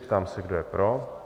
Ptám se, kdo je pro.